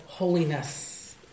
holiness